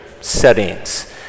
settings